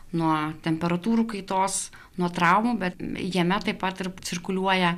nuo temperatūrų kaitos nuo traumų bet jame taip pat ir cirkuliuoja